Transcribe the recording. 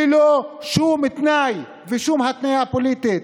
ללא שום תנאי ושום התניה פוליטית.